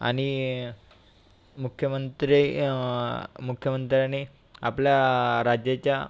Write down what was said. आणि मुख्यमंत्री मुख्यमंत्र्यांनी आपला राज्याच्या